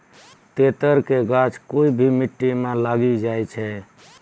तेतर के गाछ कोय भी मिट्टी मॅ लागी जाय छै